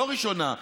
לא ראשונה,